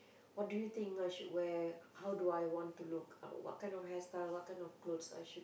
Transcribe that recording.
what do you think I should wear how do I want to look uh what kind of hairstyle what kind of clothes I should